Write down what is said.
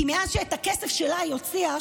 כי מאז שאת הכסף שלה היא הוציאה,